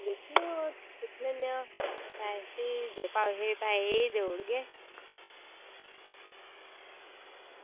आं दिक्खी लैयो ते पैसे पैसे देई ओड़गे